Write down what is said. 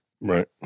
Right